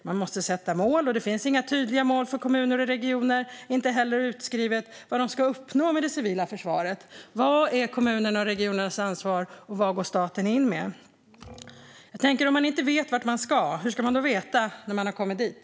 Man måste sätta upp mål - det finns inga tydliga mål för kommuner och regioner. Inte heller finns det utskrivet vad de ska uppnå när det gäller det civila försvaret. Vad är kommunernas och regionernas ansvar, och vad går staten in med? Om man inte vet vart man ska, hur ska man då veta när man har kommit dit?